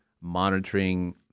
monitoring